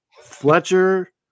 Fletcher